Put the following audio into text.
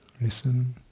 listen